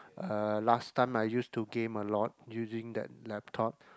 uh last time I used to game a lot using that laptop